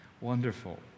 Wonderful